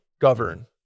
govern